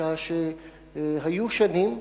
היו שנים,